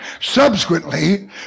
Subsequently